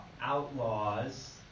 outlaws